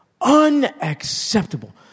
unacceptable